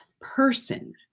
person